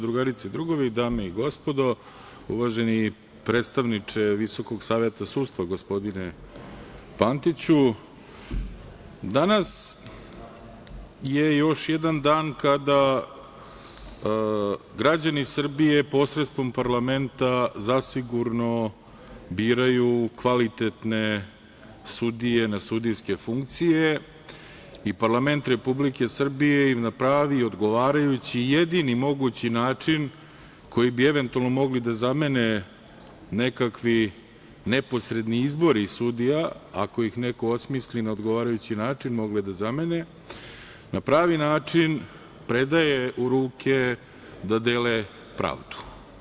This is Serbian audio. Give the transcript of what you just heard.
Drugarice i drugovi, dame i gospodo, uvaženi predstavniče Visokog saveta sudstva, gospodine Pantiću, danas je još jedan dan kada građani Srbije posredstvom parlamenta, zasigurno biraju kvalitetne sudije na sudijske funkcije i parlament Republike Srbije im na pravi, odgovarajući i jedni mogući način, koji bi eventualno mogli da zamene nekakvi neposredni izbori sudija, ako ih neko osmisli na odgovarajući način mogli da zamene, na pravi način predaje u ruke da dele pravdu.